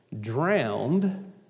drowned